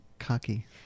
cocky